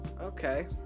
okay